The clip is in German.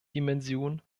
dimension